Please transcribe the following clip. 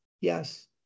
Yes